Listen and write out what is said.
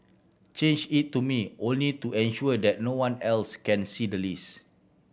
change it to me only to ensure that no one else can see the list